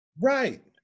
Right